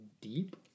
deep